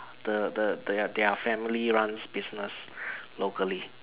the the the their family runs business locally